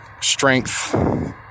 strength